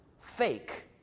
fake